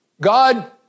God